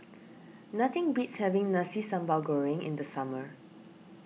nothing beats having Nasi Sambal Goreng in the summer